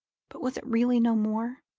but was it really no more?